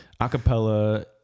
acapella